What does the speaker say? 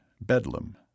Bedlam